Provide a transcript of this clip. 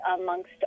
amongst